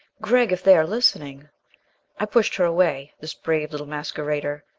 gregg, if they are listening i pushed her away. this brave little masquerader!